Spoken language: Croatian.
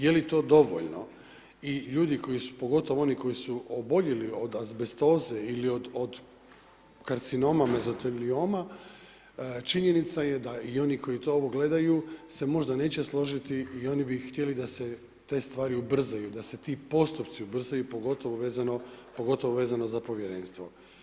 Je li to dovoljno i ljudi koji, pogotovo oni koji su oboljeli od azbestoze ili od karcinoma, mezotelijoma, činjenica je da i oni koji to ovo gledaju se možda neće složiti i oni bi htjeli da se te stvari ubrzaju, da se ti postupci ubrzaju, pogotovo vezano za Povjerenstvo.